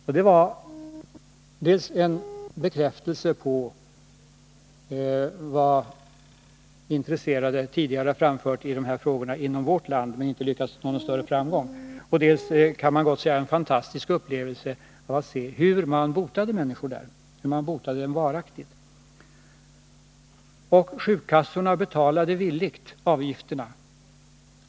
Detta gav mig en bekräftelse på riktigheten av vad de som intresserat sig för de här frågorna inom vårt land tidigare har framfört men inte lyckats få gehör för med någon större framgång. Det var också en fantastisk upplevelse för mig att se hur man botade människor där, hur man botade dem varaktigt. Och sjukkassorna betalade villigt avgifterna.